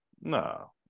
no